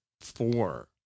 four